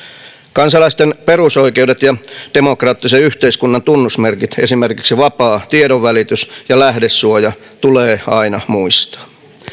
kansalaisten perusoikeudet ja demokraattisen yhteiskunnan tunnusmerkit esimerkiksi vapaa tiedonvälitys ja lähdesuoja tulee aina muistaa